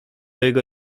jego